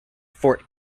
fort